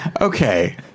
Okay